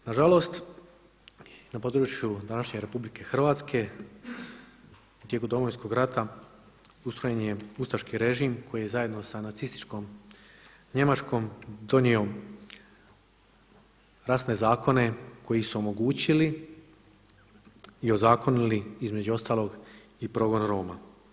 Nažalost, na području današnje RH tijekom Domovinskog rata ustrojen je ustaški režim koji je zajedno sa nacističkom Njemačkom donio rasne zakone koji su omogućili i ozakonili između ostalog i progon Roma.